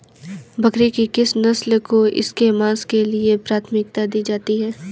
बकरी की किस नस्ल को इसके मांस के लिए प्राथमिकता दी जाती है?